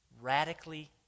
Radically